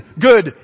good